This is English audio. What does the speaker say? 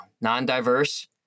non-diverse